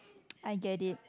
I get it